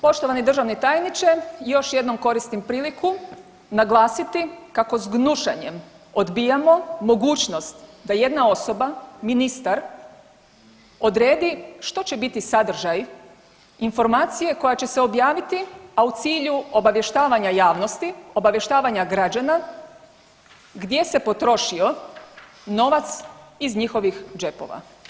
Poštovani državni tajniče još jednom koristim priliku naglasiti kako s gnušanjem odbijamo mogućnost da jedna osoba, ministar odredi što će biti sadržaj informacije koja će se objaviti a u cilju obavještavanja javnosti, obavještavanja građana gdje se potrošio novac iz njihovih džepova.